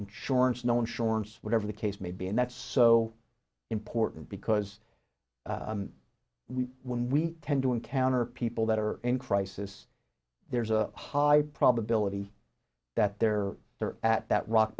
insurance no insurance whatever the case may be and that's so important because we when we tend to encounter people that are in crisis there's a high probability that they're there at that rock